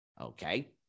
okay